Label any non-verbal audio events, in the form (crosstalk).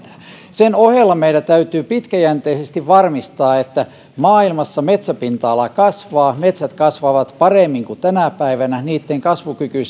sen ohella meidän täytyy pitkäjänteisesti varmistaa että maailmassa metsäpinta ala kasvaa metsät kasvavat paremmin kuin tänä päivänä niitten kasvukyky (unintelligible)